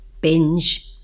binge